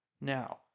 Now